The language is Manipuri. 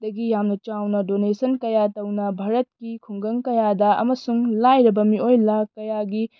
ꯌꯥꯝꯅ ꯆꯥꯎꯅ ꯗꯣꯅꯦꯁꯟ ꯀꯌꯥ ꯇꯧꯅ ꯚꯥꯔꯠꯀꯤ ꯈꯨꯡꯒꯪ ꯀꯌꯥꯗ ꯑꯃꯁꯨꯡ ꯂꯥꯏꯔꯕ ꯃꯤꯑꯣꯏ ꯂꯥꯈ ꯀꯌꯥꯒꯤ